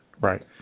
Right